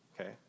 okay